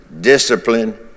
discipline